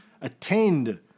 attend